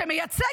שמייצג,